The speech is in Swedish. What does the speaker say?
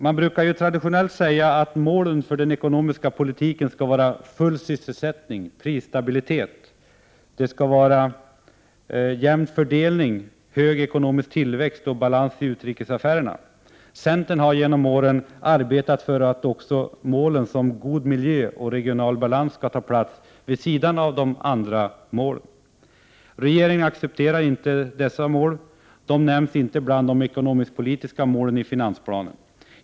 Man brukar traditionellt säga att målen för den ekonomiska politiken skall vara full sysselsättning, prisstabilitet, jämn fördelning, hög ekonomisk tillväxt och balans i utrikesaffärerna. Centern har genom åren arbetat för att också målen om god miljö och regional balans skall ta plats vid sidan av de andra målen. Regeringen accepterar inte dessa mål — de nämns inte bland de ekonomisk-politiska målen i finansplanen.